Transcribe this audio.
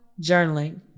journaling